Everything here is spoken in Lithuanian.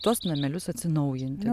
tuos namelius atsinaujinti